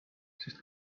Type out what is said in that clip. sest